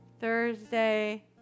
Thursday